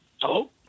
Hello